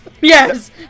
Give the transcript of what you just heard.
Yes